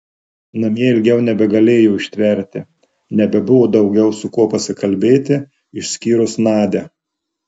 namie ilgiau nebegalėjo ištverti nebebuvo daugiau su kuo pasikalbėti išskyrus nadią